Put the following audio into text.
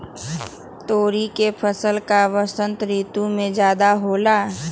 तोरी के फसल का बसंत ऋतु में ज्यादा होला?